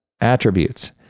attributes